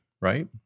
right